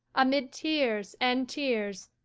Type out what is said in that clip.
amid tears and tears,